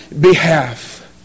behalf